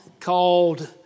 called